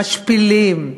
משפילים,